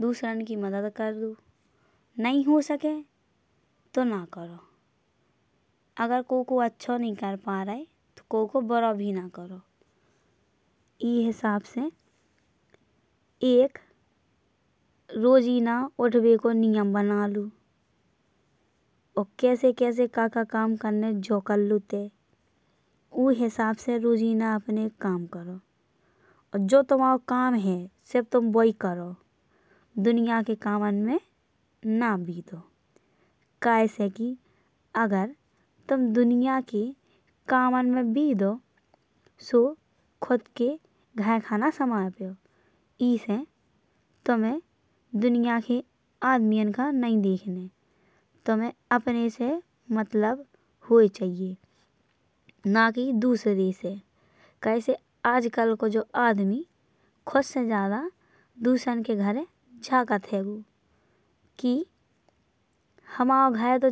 दुसरो की मदद करदो और नहीं हो सके तो ना करो। अगर कोऊ को अच्छा नहीं कर पा रहे तो। कोऊ को बुरा भी ना करो। ई हिसाब से एक रोजीना उठबे को नियम बना लो। और कैसे कैसे का का काम करने जो कर लो तै। ऊ हिसाब से रोजीना अपने काम करो। और जो तुमायो काम है सिर्फ तुम वोई। करो दुनिया के कामन में ना भीतो। कैसे कि अगर तुम दुनिया के कामन मा बिधौ। सो खुद के घर का ना सम्भर पे हो। एसे तुम्हें दुनिया के आदमी का नहीं देखने। तुम्हें अपने से मतलब होये चाहिए ना कि दुसरे से। कैसे आजकल को जो आदमी खुद से ज्यादा दुसरे के घरे झकट हैं कि हमाो घर।